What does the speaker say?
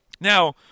Now